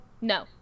No